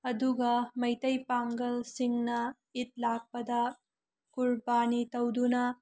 ꯑꯗꯨꯒ ꯃꯩꯇꯩ ꯄꯥꯉꯜꯁꯤꯡꯅ ꯏꯠ ꯂꯥꯛꯄꯗ ꯀꯨꯔꯕꯥꯅꯤ ꯇꯧꯗꯨꯅ